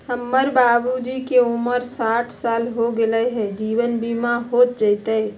हमर बाबूजी के उमर साठ साल हो गैलई ह, जीवन बीमा हो जैतई?